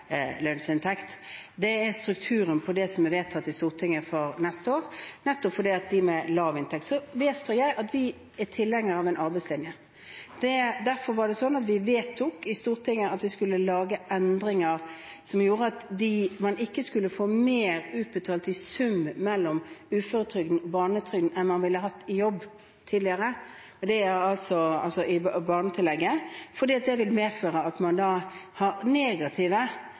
lønnsinntekt. Det er strukturen på det som er vedtatt i Stortinget for neste år, nettopp for dem med lav inntekt. Så vedstår jeg at vi er tilhengere av arbeidslinjen. Derfor var det sånn at Stortinget vedtok at vi skulle lage endringer som gjorde at man ikke skulle få mer utbetalt i sum av uføretrygden og barnetrygden enn man tidligere ville hatt i jobb fordi det ville medføre at man da har negative incentiver til å kunne jobbe deltid og ha den tilknytningen. Den største fattigdomsutfordringen vi har,